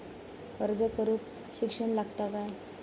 अर्ज करूक शिक्षण लागता काय?